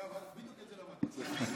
אגב, בדיוק את זה למדתי אצלך.